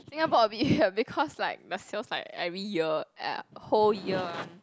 Singapore a bit hard because like the sales like every year uh whole year one